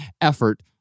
effort